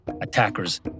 attacker's